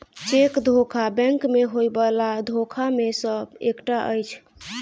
cheque धोखा bank मे होयबला धोखा मे सॅ एकटा अछि